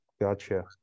Gotcha